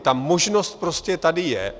Ta možnost prostě tady je.